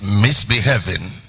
misbehaving